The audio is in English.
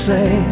Say